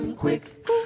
Quick